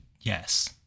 yes